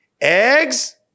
Eggs